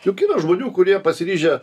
juk yra žmonių kurie pasiryžę